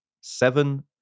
Seven